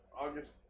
August